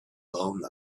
blown